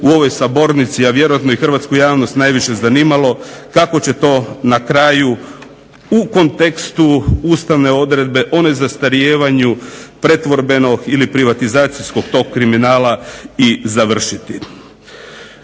u ovoj sabornici a vjerojatno i hrvatsku javnost najviše zanimalo kako će to na kraju u kontekstu ustavne odredbe o nezastarijevanju pretvorbenog ili privatizacijskog tog kriminala i završiti.